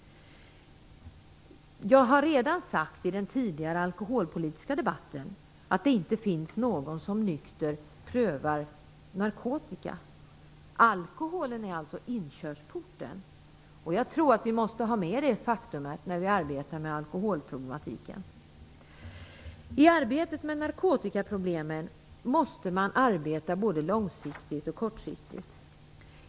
Jag har redan i den tidigare alkoholpolitiska debatten sagt att det inte finns någon som nykter prövar narkotika. Alkoholen är alltså inkörsporten. Jag tror att vi måste ha med detta faktum när vi arbetar med alkoholproblematiken. I arbetet med narkotikaproblemen måste man arbeta både långsiktigt och kortsiktigt.